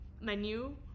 menu